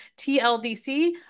TLDC